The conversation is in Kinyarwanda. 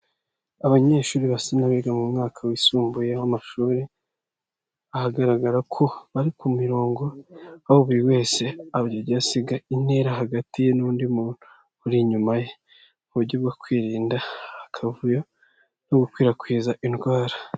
Abanyeshuri basa n'abiga mu mwaka wisumbuye w'amashuri, ahagaragara ko bari ku mirongo, aho buri wese asiga intera hagati ye n'undi muntu uri inyuma ye. Ni buryo bwo kwirinda akavuyo no gukwirakwiza indwara.